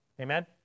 Amen